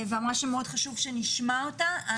ואמרה שמאוד חשוב שנשמע אותה.